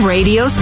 Radio